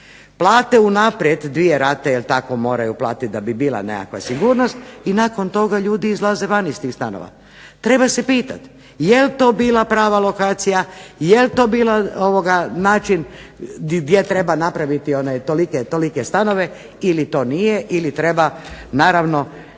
plate unaprijed dvije rate jer tako moraju platiti da bi bila nekakva sigurnost i nakon toga ljudi izlaze van iz tih stanova. Treba se pitati jel' to bila prava lokacija, jel' to bio način gdje treba napraviti tolike stanove ili to nije ili treba naravno